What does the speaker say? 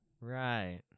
Right